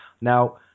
Now